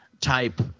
type